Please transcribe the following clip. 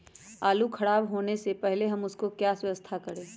आलू खराब होने से पहले हम उसको क्या व्यवस्था करें?